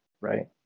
right